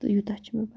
تہٕ یُوتاہ چھِ مےٚ پاے